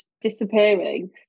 disappearing